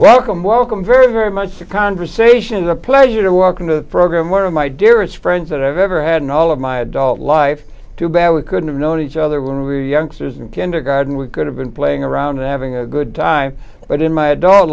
welcome welcome very very much to conversations a pleasure to welcome to the program one of my dearest friends that i've ever had in all of my adult life too bad we couldn't have known each other when we are young sisters in kindergarden we could have been playing around and having a good time but in my adult